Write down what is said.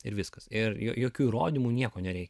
ir viskas ir jokių įrodymų nieko nereikia